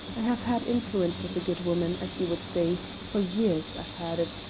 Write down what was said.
i have had influence with the good woman, as you would see for years i've had it,